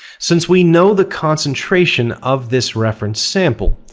since we know the concentration of this reference sample,